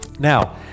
Now